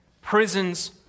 Prisons